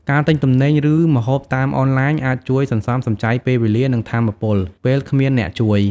ការទិញទំនិញ ឬម្ហូបតាមអានឡាញអាចជួយសន្សំសំចៃពេលវេលា និងថាមពល ពេលគ្មានអ្នកជួយ។